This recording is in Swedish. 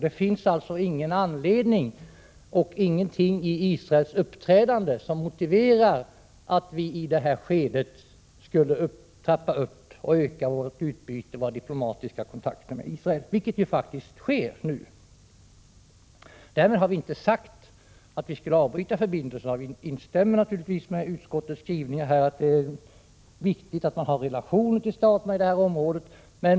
Det finns alltså ingenting i Israels uppträdande som motiverar att vi i det här skedet skulle trappa upp och öka vårt utbyte och våra diplomatiska kontakter med Israel, vilket ju faktiskt sker nu. Därmed har vi inte sagt att Sverige skulle avbryta förbindelserna med Israel, och vi instämmer naturligtvisi utskottets skrivningar att det är viktigt att man har relationer till staterna i detta område.